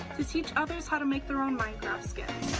to teach others how to make their own minecraft skins